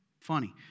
Funny